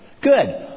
Good